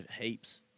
heaps